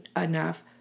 enough